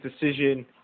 decision